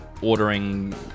ordering